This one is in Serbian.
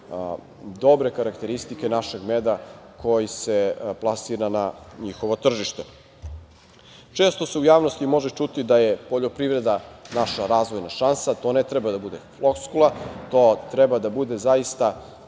dobre karakteristike našeg meda koji se plasira na njihovo tržište. Često se u javnosti može čuti da je poljoprivreda naša razvojna šansa i to ne treba da bude floskula, to treba da bude zaista